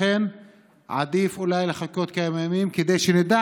לכן עדיף אולי לחכות כמה ימים כדי שנדע